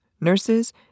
nurses